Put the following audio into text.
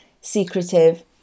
secretive